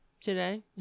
today